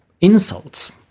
insults